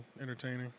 entertaining